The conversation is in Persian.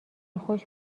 خوش